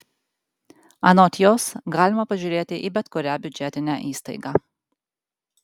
anot jos galima pažiūrėti į bet kurią biudžetinę įstaigą